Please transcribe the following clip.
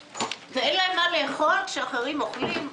ואין להם מה לאכול כאשר אחרים אוכלים?